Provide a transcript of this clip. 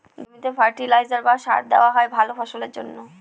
জমিতে ফার্টিলাইজার বা সার দেওয়া হয় ভালা ফসলের জন্যে